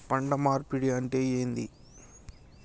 పంట మార్పిడి అంటే ఏంది?